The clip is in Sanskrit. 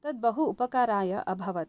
तत् बहु उपकाराय अभवत्